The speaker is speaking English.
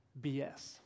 BS